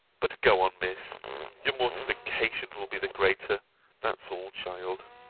but go on, miss your mortification will be the greater that's all, child.